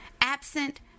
absent